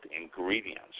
ingredients